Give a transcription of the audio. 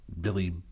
Billy